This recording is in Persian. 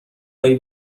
هایی